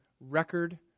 record